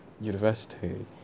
university